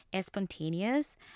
spontaneous